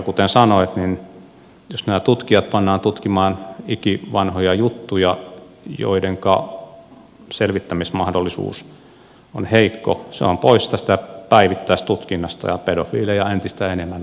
kuten sanoin jos nämä tutkijat pannaan tutkimaan ikivanhoja juttuja joidenka selvittämismahdollisuus on heikko se on pois tästä päivittäistutkinnasta ja pedofiilejä entistä enemmän on valloillaan